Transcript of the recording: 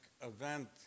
event